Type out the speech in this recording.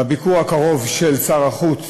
בביקור הקרוב של שר החוץ